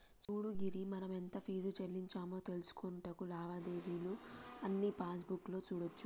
సూడు గిరి మనం ఎంత ఫీజు సెల్లించామో తెలుసుకొనుటకు లావాదేవీలు అన్నీ పాస్బుక్ లో సూడోచ్చు